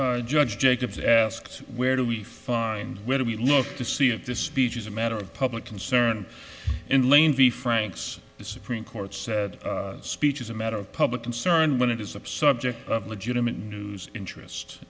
you judge jacobs asked where do we find where do we look to see if this speech is a matter of public concern and lane v franks the supreme court said speech is a matter of public concern when it is of subject of legitimate news interest